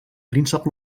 príncep